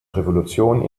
revolution